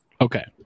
okay